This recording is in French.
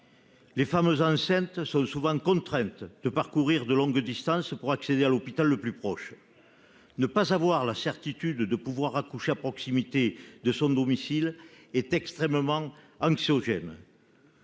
Les femmes enceintes sont souvent contraintes de parcourir de longues distances pour accéder à l'hôpital le plus proche. Ne pas avoir la certitude de pouvoir accoucher à proximité de son domicile est extrêmement anxiogène.